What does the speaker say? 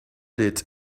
did